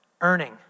earning